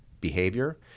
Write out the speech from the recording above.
behavior